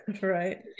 right